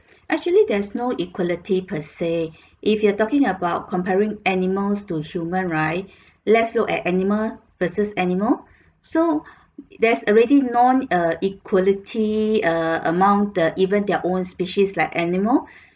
actually there's no equality per say if you are talking about comparing animals to human right let's look at animal versus animal so there's already non err equality err among the even their own species like animal